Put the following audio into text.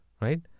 right